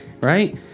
right